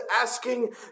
asking